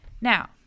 Now